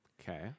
okay